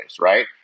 right